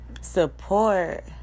support